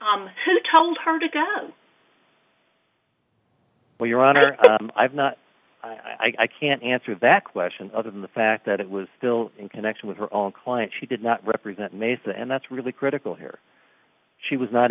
i told her to go well your honor i have not i can't answer that question other than the fact that it was still in connection with her own client she did not represent mesa and that's really critical here she was not